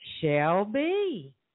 Shelby